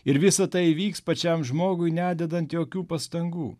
ir visa tai įvyks pačiam žmogui nededant jokių pastangų